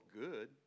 good